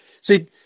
See